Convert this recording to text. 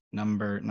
number